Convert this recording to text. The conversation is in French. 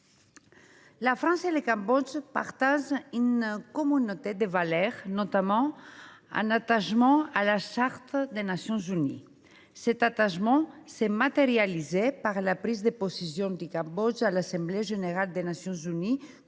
globaux. Nos deux pays partagent une communauté de valeurs, notamment un attachement à la Charte des Nations unies. Cet attachement s’est matérialisé par la prise de position du Cambodge à l’Assemblée générale des Nations unies